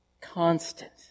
constant